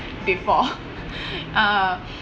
before uh